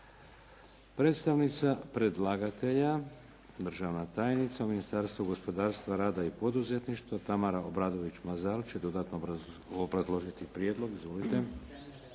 Predstavnica predlagatelja državna tajnica u Ministarstvu gospodarstva, rada i poduzetništva Tamara Obradović Mazal će dodatno obrazložiti prijedlog. Izvolite.